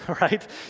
right